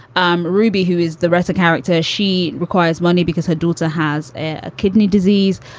um ruby, who is the wrestler character, she requires money because her daughter has a kidney disease.